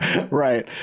Right